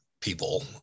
people